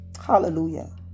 Hallelujah